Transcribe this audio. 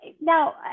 now